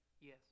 yes